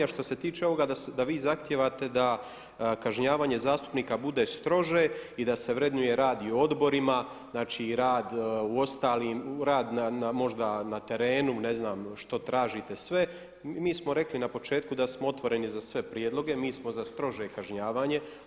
A što se tiče ovoga da vi zahtijevate da kažnjavanje zastupnika bude strože i da se vrednuje rad i odborima, i rad u ostalim, rad na terenu, ne znam što tražite sve i mi smo rekli na početku da smo otvoreni za sve prijedloge, mi smo za strože kažnjavanje.